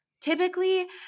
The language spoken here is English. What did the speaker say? Typically